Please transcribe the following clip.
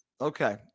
Okay